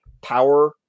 power